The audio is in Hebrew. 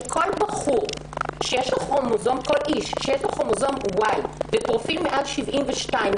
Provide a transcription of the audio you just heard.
שכל אדם שיש לו כרומוזום Y ופרופיל מעל 72,